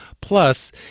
Plus